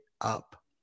up